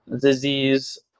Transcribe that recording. disease